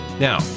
Now